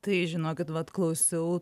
tai žinokit vat klausiau